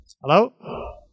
Hello